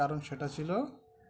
কারণ সেটা ছিল